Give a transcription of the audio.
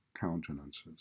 countenances